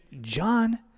John